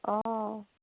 অঁ